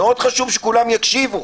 ומאוד חשוב שכולם יקשיבו.